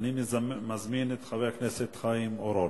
אני מזמין את חבר הכנסת חיים אורון.